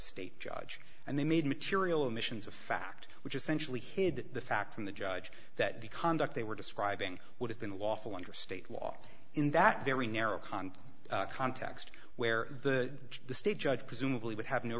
state judge and they made material admissions of fact which essentially hid the fact from the judge that the conduct they were describing would have been lawful under state law in that very narrow confines context where the the state judge presumably would have no